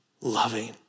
loving